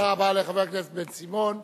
תודה רבה לחבר הכנסת בן-סימון.